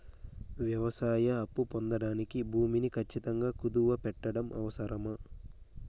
వ్యవసాయ అప్పు పొందడానికి భూమిని ఖచ్చితంగా కుదువు పెట్టడం అవసరమా?